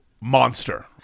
Monster